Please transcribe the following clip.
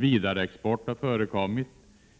Vidareexport har förekommit,